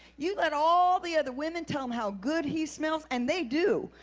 you let all the other women tell him how good he smells. and they do.